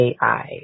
AI